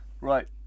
Right